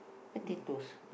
okay twos